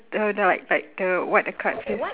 the the like like the what the card says